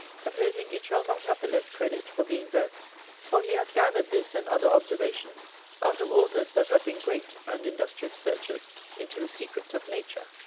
supposing it shall not have the less credit for being verse for he hath gathered this and other observations out of authors that have been great and industrious searchers into the secrets of nature.